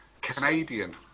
Canadian